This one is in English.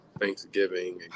Thanksgiving